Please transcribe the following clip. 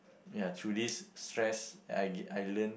ya through this stress that I get I learn